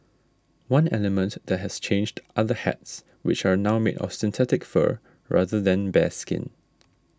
one element that has changed are the hats which are now made of synthetic fur rather than bearskin